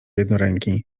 jednoręki